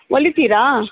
ಹೊಲಿತೀರಾ